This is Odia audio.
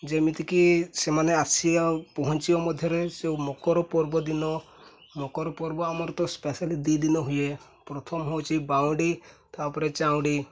ଯେମିତିକି ସେମାନେ ଆସିବା ପହଞ୍ଚିବ ମଧ୍ୟରେ ସେ ମକର ପର୍ବ ଦିନ ମକର ପର୍ବ ଆମର ତ ସ୍ପେଶିଆଲି ଦୁଇ ଦିନ ହୁଏ ପ୍ରଥମ ହେଉଛି ବାଉଁଡ଼ି ତା'ପରେ ଚାଉଁଡ଼ି